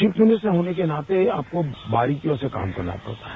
chief minister होने के नाते आपको बारिकियों से काम करना पड़ता है